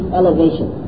elevation